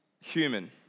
human